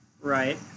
Right